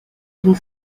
une